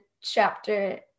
chapter